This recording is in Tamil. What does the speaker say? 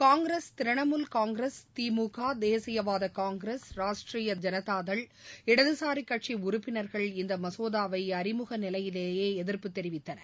காங்கிரஸ் திரிணமூல் காங்கிரஸ் திமுக தேசியவாத காங்கிரஸ் ராஷ்ட்ரீய ஜனதாதள் இடதுசாரி கட்சி உறுப்பினர்கள் இந்த மசோதாவை அறிமுக நிலையிலேயே எதிர்ப்பு தெரிவித்தன